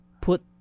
put